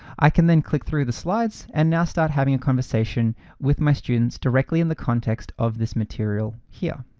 i can then click through the slides and now start having a conversation with my students directly in the context of this material here.